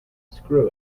screw